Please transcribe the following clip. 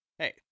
hey